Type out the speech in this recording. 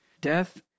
Death